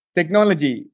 Technology